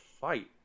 fight